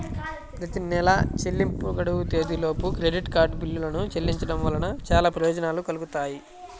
ప్రతి నెలా చెల్లింపు గడువు తేదీలోపు క్రెడిట్ కార్డ్ బిల్లులను చెల్లించడం వలన చాలా ప్రయోజనాలు కలుగుతాయి